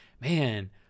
man